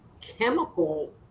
chemical